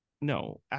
No